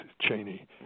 Cheney